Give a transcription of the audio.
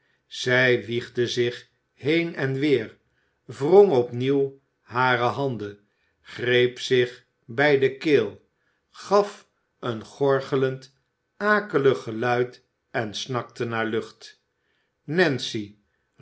zij wiegde zich heen en weer wrong opnieuw hare handen greep zich bij de keel gaf een gorgelend akelig geluid en snakte naar lucht nancy